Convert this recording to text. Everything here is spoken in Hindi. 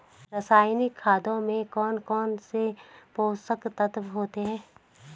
रासायनिक खाद में कौन कौन से पोषक तत्व होते हैं?